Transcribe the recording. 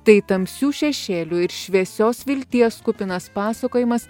tai tamsių šešėlių ir šviesios vilties kupinas pasakojimas